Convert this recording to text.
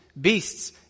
beasts